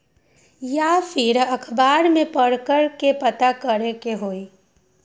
या फिर अखबार में पढ़कर के पता करे के होई?